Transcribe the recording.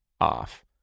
off